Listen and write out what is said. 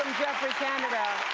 geoffrey canada.